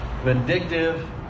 vindictive